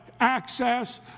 access